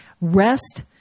Rest